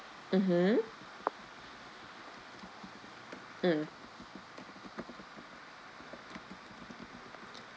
mmhmm mm